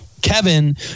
Kevin